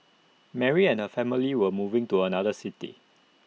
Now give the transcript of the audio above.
Mary and her family were moving to another city